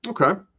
Okay